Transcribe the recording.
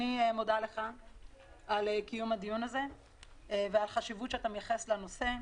אני מודה לך על קיום הדיון הזה ועל החשיבות שאתה מייחס לנושא הזה.